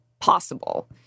possible